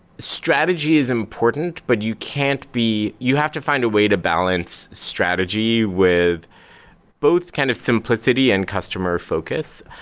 strategy is important, but you can't be you have to find a way to balance strategy with both kind of simplicity and customer focus.